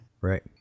Right